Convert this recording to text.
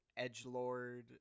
edgelord